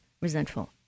resentful